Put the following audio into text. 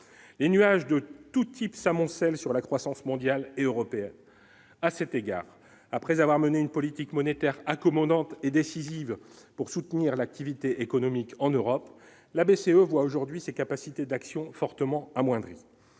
les nuages de tous types s'amoncellent sur la croissance mondiale et européenne à cet égard, après avoir mené une politique monétaire accommodante et décisive pour soutenir l'activité économique en Europe, la BCE revoit aujourd'hui ses capacités d'action fortement amoindri